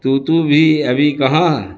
تو تو بھی ابھی کہاں